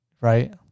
right